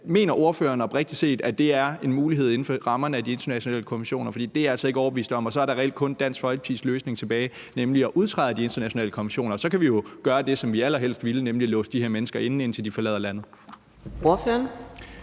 Mener ordføreren oprigtig talt, at det er en mulighed inden for rammerne af de internationale konventioner? For det er jeg altså ikke overbevist om. Så er der reelt set kun Dansk Folkepartis løsning tilbage, nemlig at udtræde af de internationale konventioner, og så kunne vi jo gøre det, som vi allerhelst ville, nemlig at låse de her mennesker inde, indtil de forlader landet. Kl.